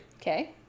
Okay